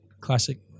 classic